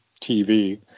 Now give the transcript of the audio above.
TV